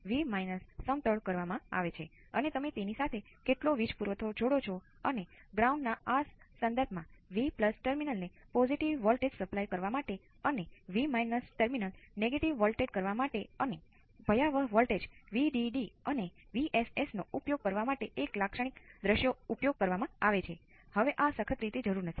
હંમેશની જેમ single capacitor પર જશે